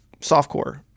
softcore